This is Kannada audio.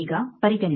ಈಗ ಪರಿಗಣಿಸಿ